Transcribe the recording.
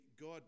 God